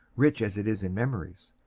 rich as it is in memories.